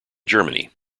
germany